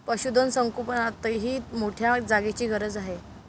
पशुधन संगोपनातही मोठ्या जागेची गरज आहे